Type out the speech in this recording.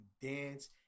dance